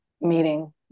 meeting